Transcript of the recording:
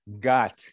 got